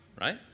right